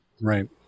right